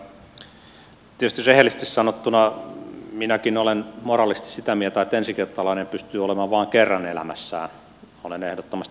tietysti rehellisesti sanottuna minäkin olen moraalisesti sitä mieltä että ensikertalainen pystyy olemaan vain kerran elämässään olen ehdottomasti tätä mieltä